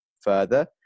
further